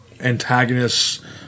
antagonists